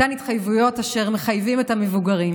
אותן התחייבויות אשר מחייבות את המבוגרים,